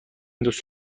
دوست